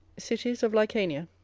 cities of lycaonia,